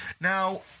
Now